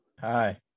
hi